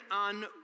on